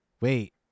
Wait